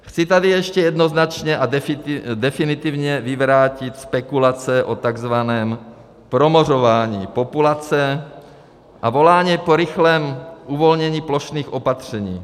Chci tady ještě jednoznačně a definitivně vyvrátit spekulace o takzvaném promořování populace a volání po rychlém uvolnění plošných opatření.